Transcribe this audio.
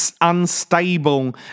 unstable